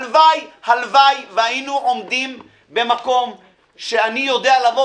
הלוואי שהיינו עומדים במקום שאני יודע לומר